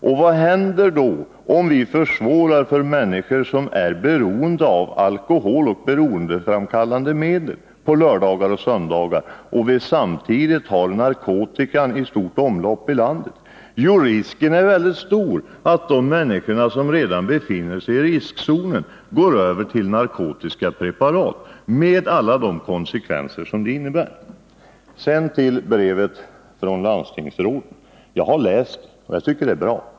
Om vi inför svårigheter på lördagar och söndagar för människor som är beroende av alkohol och beroendeframkallande medel och samtidigt har narkotika i stort omlopp inom landet, vad händer då? Jo, risken är mycket stor att de människor som redan befinner sig i riskzonen går över till narkotiska preparat — med alla de konsekvenser som detta innebär. Sedan till brevet från landstingsrådet: Jag har läst det, och jag tycker det är bra.